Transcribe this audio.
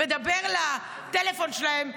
מדבר לטלפון שלהם.